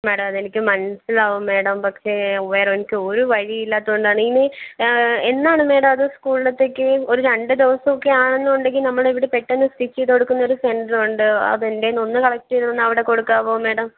madam അതെനിക്ക് മനസ്സിലാവും madam പക്ഷെ വേറെ എനിക്ക് ഒരു വഴിയും ഇല്ലാത്തതുകൊണ്ടാണ് ഇനി എന്നാണ് മാഡം അത് സ്കൂളിലെത്തേയ്ക്ക് ഒരു രണ്ടു ദിവസമൊക്കെ ആണെന്നുണ്ടെങ്കിൽ നമ്മളിവിടെ പെട്ടെന്ന് സ്റ്റിച്ച് ചെയ്തു കൊടുക്കുന്ന ഒരു സെൻ്ററുണ്ട് അത് എൻ്റെ കയ്യിൽ നിന്ന് ഒന്ന് കളക്ട് ചെയ്ത് ഒന്നവിടെ കൊടുക്കാമോ മാഡം